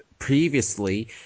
Previously